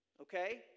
okay